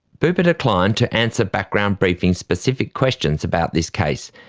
bupa declined to answer background briefing's specific questions about this case.